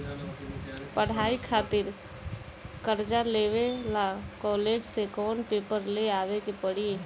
पढ़ाई खातिर कर्जा लेवे ला कॉलेज से कौन पेपर ले आवे के पड़ी?